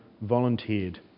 volunteered